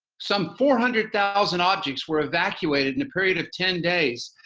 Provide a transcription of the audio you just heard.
some four hundred thousand objects were evacuated in a period of ten days,